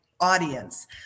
audience